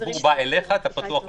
הציבור בא אליך, אתה פתוח לציבור.